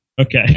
Okay